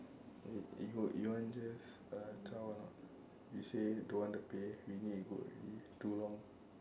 eh you you want just uh zao or not you say don't want the pay we need to go already too long